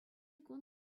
кун